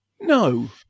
No